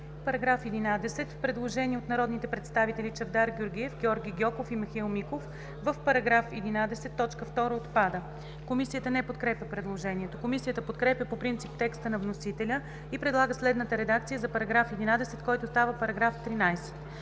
По § 48 има предложение от народните представители Чавдар Георгиев, Георги Гьоков и Михаил Миков: „§ 48 – отпада.“ Комисията не подкрепя предложението. Комисията подкрепя по принцип текста на вносителя и предлага следната редакция за § 48, който става § 51: „§ 51.